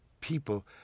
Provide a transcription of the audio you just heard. people